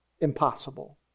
Impossible